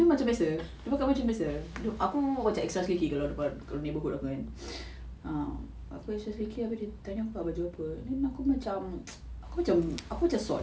dia dia macam biasa dia pakai macam biasa aku macam extra selekeh kalau kalau neighbourhood aku um aku extra selekeh abeh tanya aku baju apa then aku macam aku macam aku macam sot